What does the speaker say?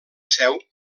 seu